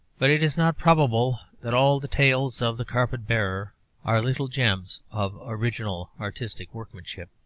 but it is not probable that all the tales of the carpet-bearer are little gems of original artistic workmanship.